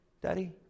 Daddy